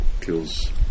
kills